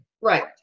Right